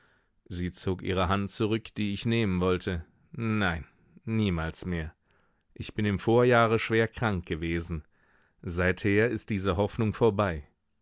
sie zog ihre hand zurück die ich nehmen wollte nein niemals mehr ich bin im vorjahre schwer krank gewesen seither ist diese hoffnung vorbei